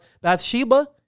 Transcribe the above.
Bathsheba